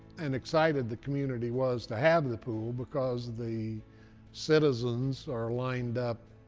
and excited the community was to have the pool because the citizens are lined up